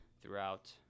throughout